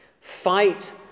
Fight